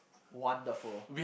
wonderful